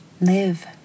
Live